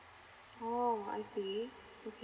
oh I see okay